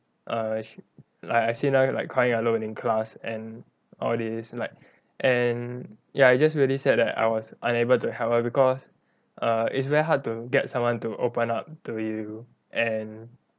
err like I seen her like crying alone in class and all this like and ya it just really sad that I was unable to help her because err it's very hard to get someone to open up to you and